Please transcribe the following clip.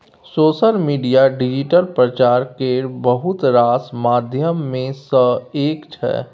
social media digital प्रचार केर बहुत रास माध्यम मे सँ एक छै